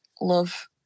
love